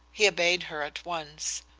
he obeyed her at once.